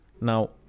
Now